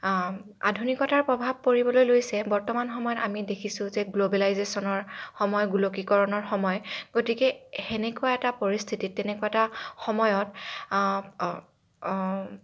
আধুনিকতাৰ প্ৰভাৱ পৰিবলৈ লৈছে বৰ্তমান সময়ত আমি দেখিছোঁ যে গ্লবেলাইজেশ্যনৰ সময় গোলকীকৰণৰ সময় গতিকে সেনেকুৱা এটা পৰিস্থিতিত তেনেকুৱা এটা সময়ত